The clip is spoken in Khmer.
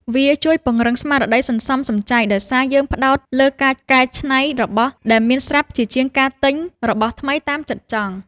វាជួយពង្រឹងស្មារតីសន្សំសំចៃ ដោយសារយើងផ្ដោតលើការកែច្នៃរបស់ដែលមានស្រាប់ជាជាងការទិញរបស់ថ្មីតាមចិត្តចង់។